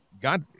God